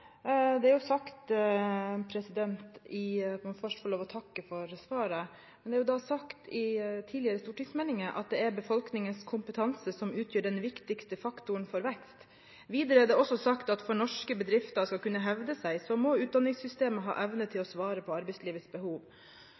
først få takke for svaret. Det har blitt sagt i tidligere stortingsmeldinger: «Det er altså befolkningens kompetanse som er den viktigste faktoren for vekst.» «For at norske bedrifter skal kunne hevde seg, må utdanningssystemet ha evne til å svare på arbeidslivets behov.»